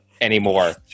anymore